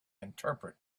interpret